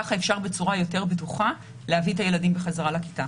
וכך אפשר בצורה יותר בטוחה להביא את הילדים בחזרה לכיתה.